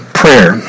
prayer